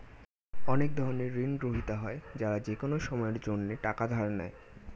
অনেক ধরনের ঋণগ্রহীতা হয় যারা যেকোনো সময়ের জন্যে টাকা ধার নেয়